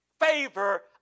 favor